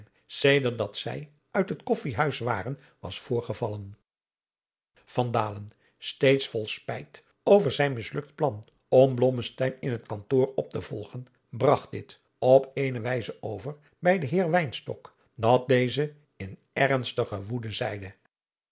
sedert dat zij uit het koffijhuis waren was voorgevallen van dalen steeds vol spijt over zijn mislukt plan om blommesteyn in het kantoor op te volgen bragt dit op eene wijze over bij den heer wynstok dat deze in ernstige woede zeide